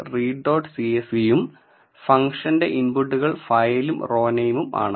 csv യും ഫംഗ്ഷന്റെ ഇൻപുട്ടുകൾ ഫയലും റോ നെയിമും ആണ്